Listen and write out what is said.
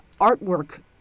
artwork